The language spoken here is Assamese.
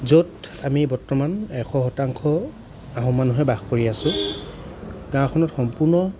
য'ত আমি বৰ্তমান এশ শতাংশ আহোম মানুহে বাস কৰি আছোঁ গাঁওখনত সম্পূৰ্ণ